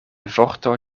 vorto